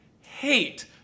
hate